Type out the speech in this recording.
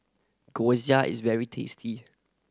is very tasty